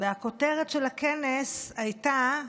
והכותרת של הכנס הייתה: